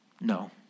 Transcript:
no